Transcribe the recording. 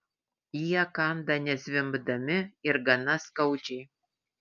jie kanda nezvimbdami ir gana skaudžiai